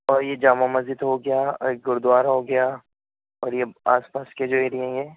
اور یہ جامع مسجد ہو گیا اور ایک گردوارہ ہو گیا اور یہ آس پاس کے جو ایریے ہیں یہ